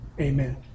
Amen